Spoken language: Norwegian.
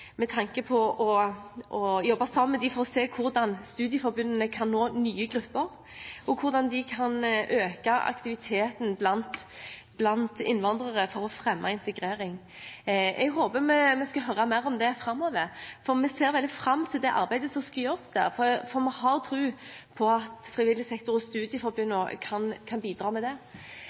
med tanke på å jobbe sammen med dem for å se hvordan studieforbundene kan nå nye grupper, og hvordan de kan øke aktiviteten blant innvandrere for å fremme integrering. Jeg håper vi får høre mer om det framover. Vi ser veldig fram til det arbeidet som skal gjøres der, for vi har tro på at frivillig sektor og studieforbundene kan bidra her. Så synes jeg også det